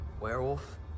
Werewolf